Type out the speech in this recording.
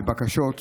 לבקשות.